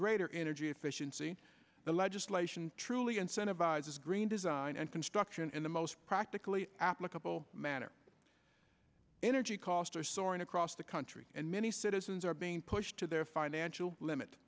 greater energy efficiency the legislation truly incentivizes green design and construction in the most practically applicable manner energy costs are soaring across the country and many citizens are being pushed to their financial limit